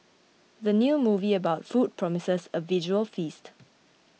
the new movie about food promises a visual feast